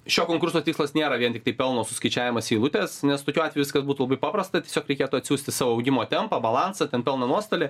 šio konkurso tikslas nėra vien tiktai pelno suskaičiavimas į eilutės nes tokiu atveju viskas būtų labai paprasta tiesiog reikėtų atsiųsti savo augimo tempą balansą ten pelną nuostolį